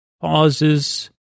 Pauses